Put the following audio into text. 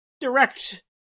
direct